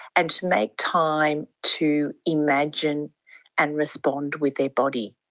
and to make time to imagine and respond with their body.